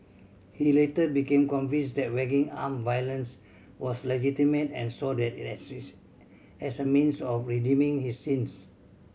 he later became convinced that waging armed violence was legitimate and saw that as a means of redeeming his sins